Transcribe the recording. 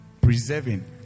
preserving